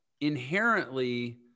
inherently